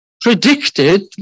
predicted